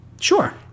Sure